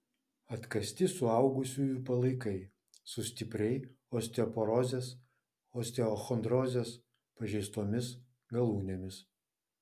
atkasti suaugusiųjų palaikai su stipriai osteoporozės osteochondrozės pažeistomis galūnėmis